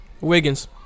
Wiggins